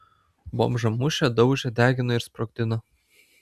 bomžą mušė daužė degino ir sprogdino